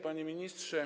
Panie Ministrze!